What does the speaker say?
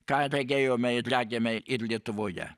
ką regėjome ir regime ir lietuvoje